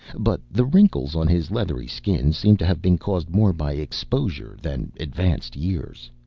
but the wrinkles on his leathery skin seemed to have been caused more by exposure than advanced years.